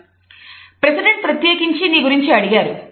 president ప్రత్యేకించి నీ గురించి అడిగారు